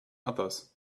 others